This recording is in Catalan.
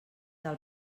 del